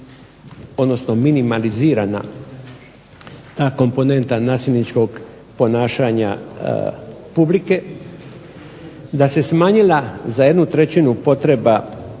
odnosno minimalizirana ta komponenta nasilničkog ponašanja publike, da se smanjila za jednu trećinu potreba